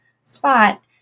spot